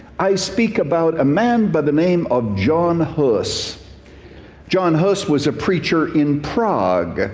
i speak about a man by the name of john hus john hus was a preacher in prague,